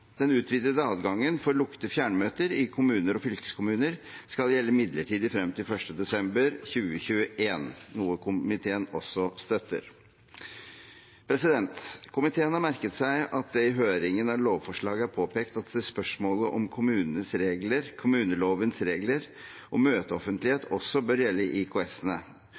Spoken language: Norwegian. Den utvidede adgangen for lukkede fjernmøter i kommuner og fylkeskommuner skal gjelde midlertidig frem til 1. desember 2021, noe komiteen også støtter. Komiteen har merket seg at det i høringen om lovforslaget er påpekt at spørsmålet om kommunelovens regler om møteoffentlighet også bør gjelde